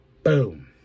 boom